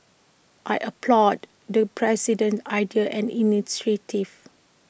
I applaud the president's ideas and initiatives